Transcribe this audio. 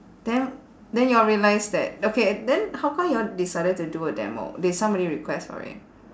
then then you all realise that okay then how come you all decided to do a demo did somebody request for it